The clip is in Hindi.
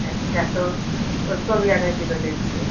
अच्छा तो उसको भी आधा किलो दे दीजिए